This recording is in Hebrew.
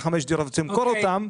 את חמש הדירות ותמכור אותן,